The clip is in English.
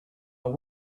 are